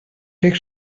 take